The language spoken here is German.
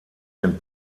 den